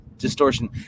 distortion